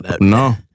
No